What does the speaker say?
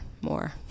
more